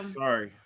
sorry